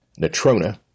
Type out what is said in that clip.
Natrona